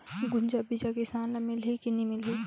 गुनजा बिजा किसान ल मिलही की नी मिलही?